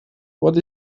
what